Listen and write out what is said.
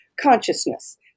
consciousness